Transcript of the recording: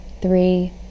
three